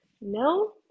No